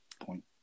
point